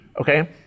Okay